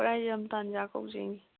ꯈꯨꯔꯥꯏꯖꯝ ꯇꯟꯌꯥ ꯀꯧꯖꯩꯅꯤ